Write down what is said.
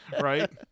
right